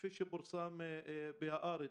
כפי שפורסם ב"הארץ",